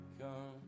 come